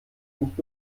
nicht